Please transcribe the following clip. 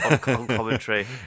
commentary